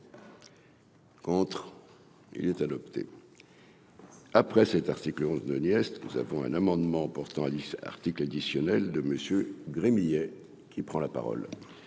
Contre il est adopté, après cet article onze nièce, nous avons un amendement portant à 10 articles additionnels de monsieur Gremillet qui prend la parole.